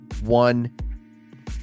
one